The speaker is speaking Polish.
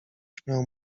śmiał